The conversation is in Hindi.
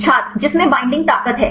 छात्र जिसमें बैईंडिंग ताकत है